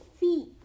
feet